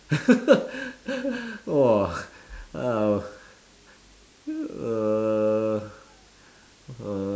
!wah! ugh err uh